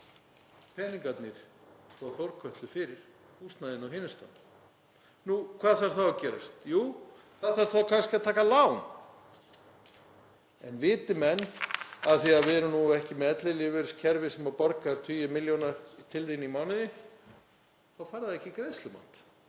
peningarnir frá Þórkötlu fyrir húsnæðinu á hinum staðnum. Hvað þarf þá að gerast? Jú, það þarf kannski að taka lán. En viti menn, af því að við erum ekki með ellilífeyriskerfi sem borgar tugi milljóna til þín á mánuði þá fær það ekki greiðslumat